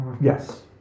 Yes